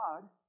God